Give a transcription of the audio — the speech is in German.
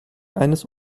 eines